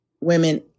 women